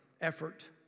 effort